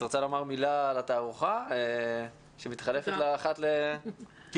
את רוצה לומר מילה על התערוכה שמתחלפת אחת לתקופה?